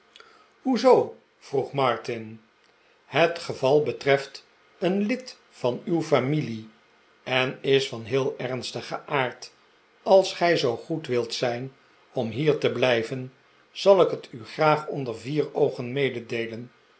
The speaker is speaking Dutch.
zoo vroeg martin het geval betreft een lid van uw familie en is van heel ernstigen aard als gij zoo goed wilt zijn onthier te blijven zal ik het u graag onder vier oogen mededeelen